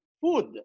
food